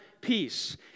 peace